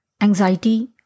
anxiety